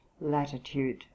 latitude